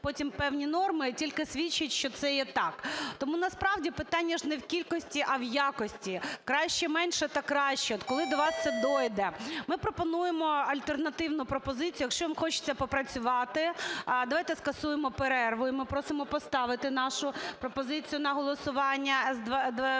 потім певні норми, тільки свідчить, що це є так. Тому насправді питання ж не в кількості, а в якості. Краще менше та краще. От коли до вас це дійде? Ми пропонуємо альтернативну пропозицію. Якщо вам хочеться попрацювати, давайте скасуємо перерву, і ми просимо поставити нашу пропозицію на голосування, з 14 до 16.